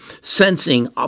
sensing